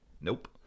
Nope